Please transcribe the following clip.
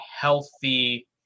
healthy